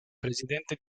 presidente